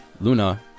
Luna